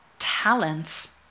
talents